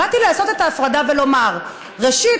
באתי לעשות את ההפרדה ולומר: ראשית,